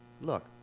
Look